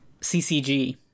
CCG